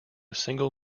single